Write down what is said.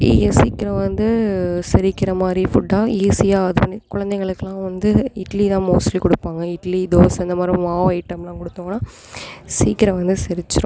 இ சீக்கிரம் வந்து செரிக்கிறமாதிரி ஃபுட்டாக ஈஸியாக இது பண்ணி குழந்தைங்களுக்குலாம் வந்து இட்லி தான் மோஸ்ட்லி கொடுப்பாங்க இட்லி தோசை இந்தமாதிரி மாவு ஐட்டம்லாம் கொடுத்தோன்னா சீக்கிரம் வந்து செரிச்சிடும்